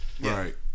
Right